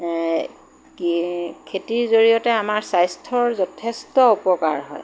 কি খেতিৰ জৰিয়তে আমাৰ স্বাস্থ্যৰ যথেষ্ট অপকাৰ হয়